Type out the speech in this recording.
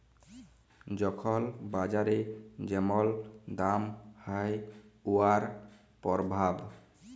যখল বাজারে যেমল দাম হ্যয় উয়ার পরভাব